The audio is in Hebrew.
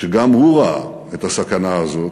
שגם הוא ראה את הסכנה הזאת,